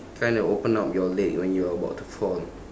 trying to open up your leg when you are about to fall